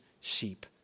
sheep